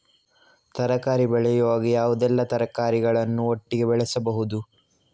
ತರಕಾರಿ ಬೆಳೆಯುವಾಗ ಯಾವುದೆಲ್ಲ ತರಕಾರಿಗಳನ್ನು ಒಟ್ಟಿಗೆ ಬೆಳೆಸಬಹುದು?